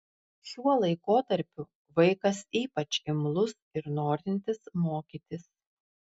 šiuo laikotarpiu vaikas ypač imlus ir norintis mokytis